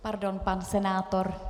Pardon, pan senátor.